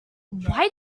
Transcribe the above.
why